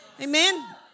Amen